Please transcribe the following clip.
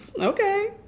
Okay